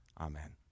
Amen